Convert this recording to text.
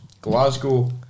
Glasgow